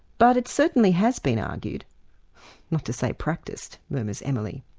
but it certainly has been argued not to say practiced', murmurs emily.